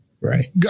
Right